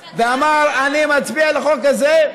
ואמר: אני מצביע על החוק הזה.